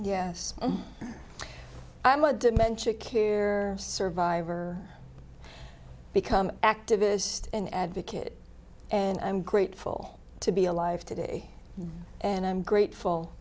yes i'm a dementia care survivor become an activist an advocate and i'm grateful to be alive today and i'm grateful